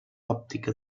òptica